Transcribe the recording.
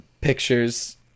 pictures